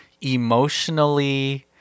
emotionally